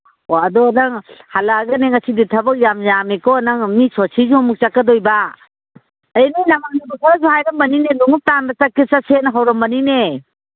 ꯑꯣ ꯑꯗꯣ ꯅꯪ ꯍꯜꯂꯛꯑꯒꯅꯦ ꯉꯁꯤꯗꯤ ꯊꯕꯛ ꯌꯥꯝ ꯌꯥꯝꯃꯤꯀꯣ ꯅꯪ ꯃꯤ ꯁꯣꯁꯇꯤꯁꯨ ꯑꯃꯨꯛ ꯆꯠꯀꯗꯣꯏꯕ ꯑꯗꯒꯤ ꯅꯣꯏ ꯅꯃꯥꯟꯅꯕ ꯈꯔꯁꯨ ꯍꯥꯏꯔꯝꯕꯅꯤꯅꯦ ꯂꯣꯡꯎꯞ ꯇꯥꯟꯕ ꯆꯠꯁꯦ ꯍꯧꯔꯝꯕꯅꯤꯅꯦ